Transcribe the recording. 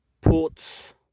Ports